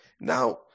now